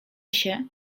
się